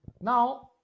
Now